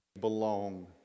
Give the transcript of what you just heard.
belong